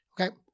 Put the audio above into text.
Okay